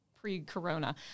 pre-corona